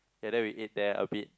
ya then we ate there a bit